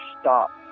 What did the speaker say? stop